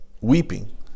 weeping